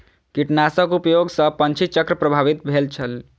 कीटनाशक उपयोग सॅ पंछी चक्र प्रभावित भेल अछि